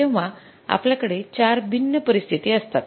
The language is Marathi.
तेव्हा आपल्याकडे चार भिन्न परिस्थिती असतात